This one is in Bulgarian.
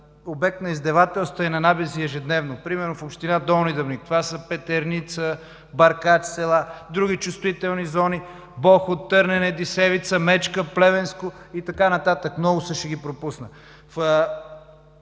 обект на издевателства и на набези ежедневно. Примерно в община Долни Дъбник – това са Петърница, Бъркач, други чувствителни зони – Бохот, Търнене, Дисевица, Мечка – Плевенско, и така нататък. Много са, ще ги пропусна.